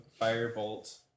firebolt